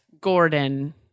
Gordon